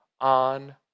on